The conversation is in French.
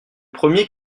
premier